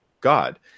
God